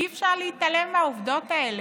אי-אפשר להתעלם מהעובדות האלה.